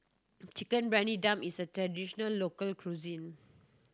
Chicken Briyani Dum is a traditional local cuisine